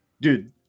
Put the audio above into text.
dude